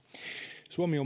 suomi